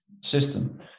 system